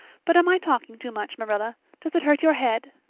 but am i talking too much, marilla? does it hurt your head?